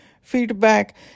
feedback